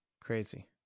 Crazy